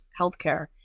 healthcare